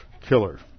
killer